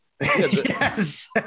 Yes